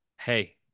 hey